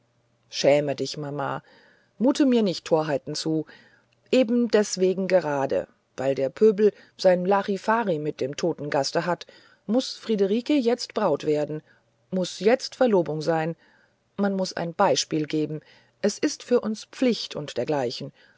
schäme dich mama mute mir nicht torheiten zu eben deswegen gerade weil der pöbel sein larifari mit dem toten gaste hat muß friederike jetzt braut werden muß jetzt verlobung sein man muß ein beispiel geben es ist für uns pflicht und dergleichen